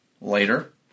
later